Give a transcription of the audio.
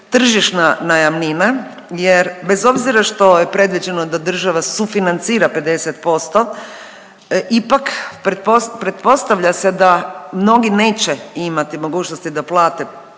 tržišna najamnina jer bez obzira što je predviđeno da država sufinancira 50% ipak pretpostavlja se da mnogi neće imati mogućnosti da plate